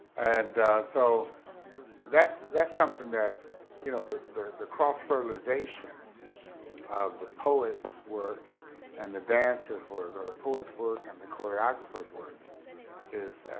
and so that's, that's something that you know the the cross-fertilization of the poetis work and the danceris work or the poetis work and the choreographeris work is